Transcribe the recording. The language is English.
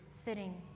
sitting